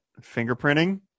fingerprinting